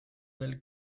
del